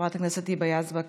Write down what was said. חברת הכנסת היבה יזבק,